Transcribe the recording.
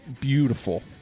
beautiful